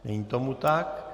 Není tomu tak.